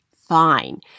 fine